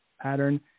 pattern